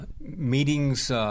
meetings